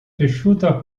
cresciuta